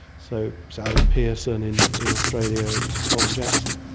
so sally pearson in in australia and colin jackson.